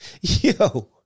Yo